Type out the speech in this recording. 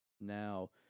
Now